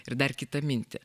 ir dar kitą mintį